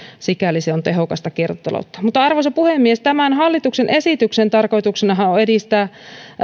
sikäli se on tehokasta kiertotaloutta arvoisa puhemies tämän hallituksen esityksen tarkoituksenahan on on edistää